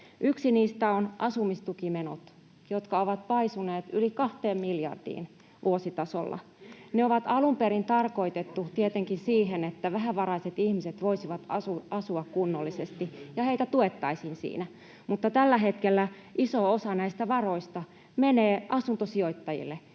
Yksi niistä on asumistukimenot, jotka ovat paisuneet yli kahteen miljardiin vuositasolla. Ne on alun perin tarkoitettu tietenkin siihen, että vähävaraiset ihmiset voisivat asua kunnollisesti ja heitä tuettaisiin siinä, mutta tällä hetkellä iso osa näistä varoista menee asuntosijoittajille,